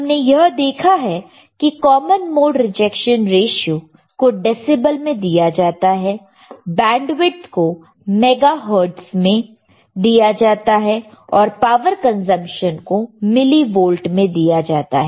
हमने यह देखा है कि कॉमन मोड रिजेक्शन रेशीयो को डेसीबल में दिया जाता है बैंडविड्थ को मेगा हर्ट्ज़ में दिया जाता है स्लु रेट को वोल्ट पर माइक्रो सेकंड में दिया जाता है और पावर कंजप्शन को मिली वोल्ट में दिया जाता है